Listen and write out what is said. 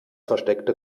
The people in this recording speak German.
versteckte